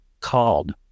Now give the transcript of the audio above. called